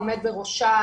העומד בראשה,